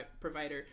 provider